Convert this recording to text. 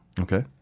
Okay